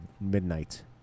midnight